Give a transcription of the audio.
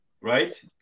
right